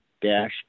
dash